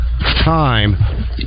time